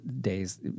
days